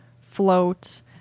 float